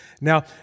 Now